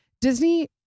Disney